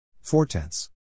Four-tenths